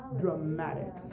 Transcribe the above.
Dramatic